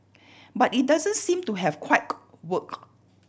but it doesn't seem to have worked